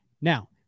Now